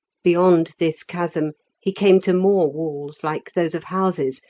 beyond this chasm he came to more walls like those of houses,